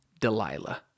Delilah